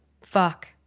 Fuck